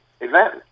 event